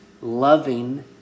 loving